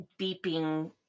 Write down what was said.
beeping